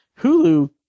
Hulu